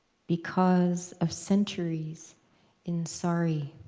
because of centuries in sorry.